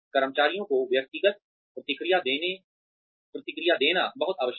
कर्मचारियों को व्यक्तिगत प्रतिक्रिया देना बहुत आवश्यक है